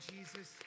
Jesus